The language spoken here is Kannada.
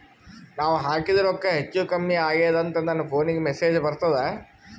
ನಾವ ಹಾಕಿದ ರೊಕ್ಕ ಹೆಚ್ಚು, ಕಮ್ಮಿ ಆಗೆದ ಅಂತ ನನ ಫೋನಿಗ ಮೆಸೇಜ್ ಬರ್ತದ?